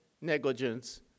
negligence